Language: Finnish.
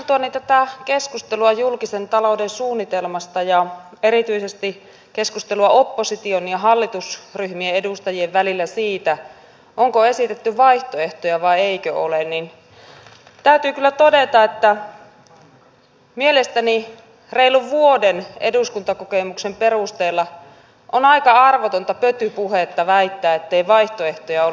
kun kuuntelee tätä keskustelua julkisen talouden suunnitelmasta ja erityisesti keskustelua opposition ja hallitusryhmien edustajien välillä siitä onko esitetty vaihtoehtoja vai eikö ole niin täytyy kyllä todeta että mielestäni reilun vuoden eduskuntakokemuksen perusteella on aika arvotonta pötypuhetta väittää ettei vaihtoehtoja olisi esitetty